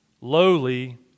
lowly